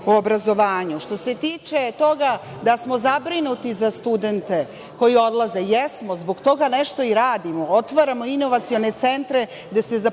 o obrazovanju. Što se tiče toga da smo zabrinuti za studente koji odlaze, jesmo. Zbog toga nešto i radimo, otvaramo inovacione centre gde se zapošljava